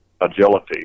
agility